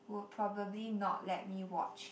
would probably not let me watch